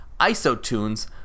Isotunes